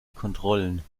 kontrollen